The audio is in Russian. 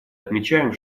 отмечаем